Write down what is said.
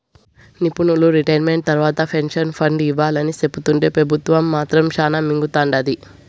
నిపునులు రిటైర్మెంట్ తర్వాత pension fund ఇవ్వాలని సెప్తుంటే పెబుత్వం మాత్రం శానా మింగతండాది